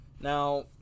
Now